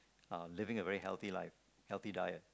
uh living a very healthy life heathy diet